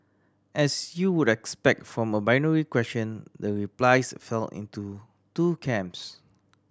as you would expect from a binary question the replies fell into two camps